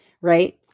Right